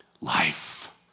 Life